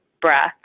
breath